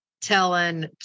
telling